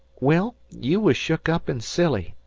well, you was shook up and silly,